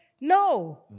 no